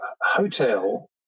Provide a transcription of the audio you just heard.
hotel